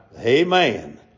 Amen